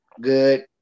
good